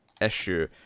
issue